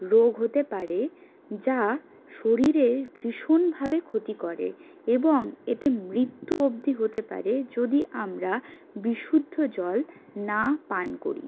রোগ হতে পারে যা শরীরের ভীষণভাবে ক্ষতি করে এবং এতে মৃত্যু অবধি হতে পারে যদি আমরা বিশুদ্ধ জল না পান করি